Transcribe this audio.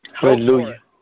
Hallelujah